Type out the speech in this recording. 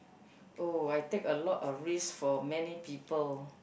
oh I take a lot of risk for many people